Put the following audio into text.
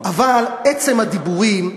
אבל עצם הדיבורים,